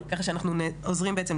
ככה שאנחנו עוזרים בעצם,